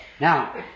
Now